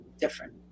different